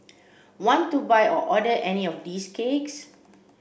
want to buy or order any of these cakes